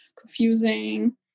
confusing